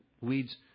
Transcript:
Weeds